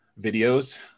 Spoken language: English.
videos